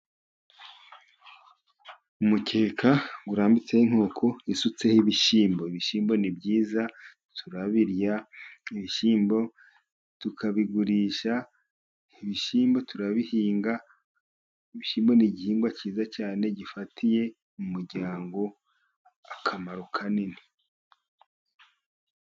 Umukeka urambitseho inkoko isutseho ibishyimbo. Ibishyimbo ni byiza turabirya, ibishyimbo tukabigurisha, ibishyimbo turabihinga, ibishyimbo ni igihingwa cyiza cyane gifitiye umuryango akamaro kanini.